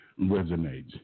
resonates